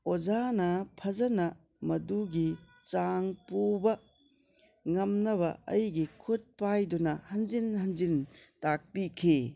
ꯑꯣꯖꯥꯅ ꯐꯖꯅ ꯃꯗꯨꯒꯤ ꯆꯥꯡ ꯄꯨꯕ ꯉꯝꯅꯕ ꯑꯩꯒꯤ ꯈꯨꯠ ꯄꯥꯏꯗꯨꯅ ꯍꯟꯖꯤꯟ ꯍꯟꯖꯤꯟ ꯇꯥꯛꯄꯤꯈꯤ